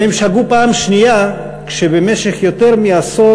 והם שגו פעם שנייה כשבמשך יותר מעשור